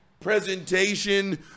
presentation